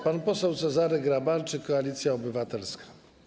Pan poseł Cezary Grabarczyk, Koalicja Obywatelska.